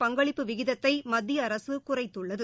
பங்களிப்பு விகிதத்தை மத்திய அரசு குறைத்துள்ளது